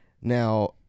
Now